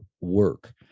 work